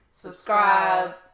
Subscribe